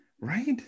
right